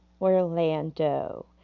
Orlando